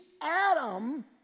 Adam